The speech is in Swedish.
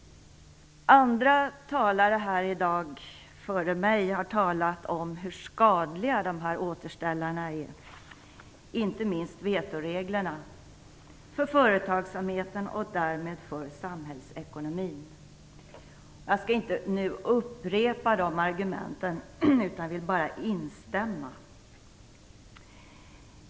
Andra talare här i dag har före mig talat om hur skadliga dessa "återställare", inte minst vetoreglerna, är för företagsamheten och därmed för samhällsekonomin. Jag skall inte upprepa argumenten utan vill bara instämma.